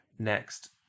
next